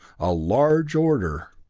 a large order!